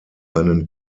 einen